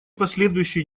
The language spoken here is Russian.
последующие